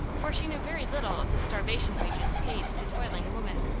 for she knew very little of the starvation wages paid to toiling women.